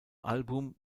album